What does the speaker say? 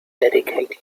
dedicated